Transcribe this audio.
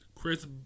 Chris